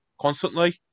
constantly